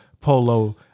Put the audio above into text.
Polo